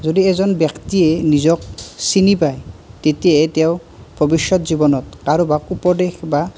যদি এজন ব্যক্তিয়ে নিজক চিনি পায় তেতিয়াহে তেওঁ ভৱিষ্যত জীৱনত কাৰোবাক উপদেশ বা